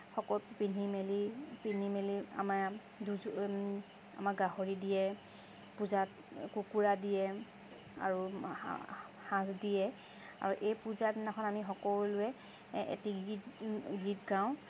পিন্ধি মেলি পিন্ধি মেলি আমাৰ দুযোৰ আমাৰ গাহৰি দিয়ে পূজাত কুকুৰা দিয়ে আৰু সাজ দিয়ে আৰু এই পূজা দিনাখন আমি সকলোৱে এটি গীত গীত গাওঁ